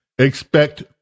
expect